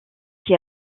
qui